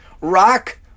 Rock